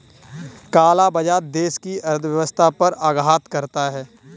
काला बाजार देश की अर्थव्यवस्था पर आघात करता है